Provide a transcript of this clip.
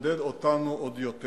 ותבודד אותנו עוד יותר.